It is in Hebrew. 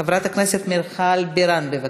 חברת הכנסת מיכל בירן, בבקשה.